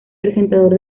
presentador